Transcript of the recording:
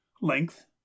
Length